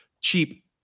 cheap